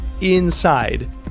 inside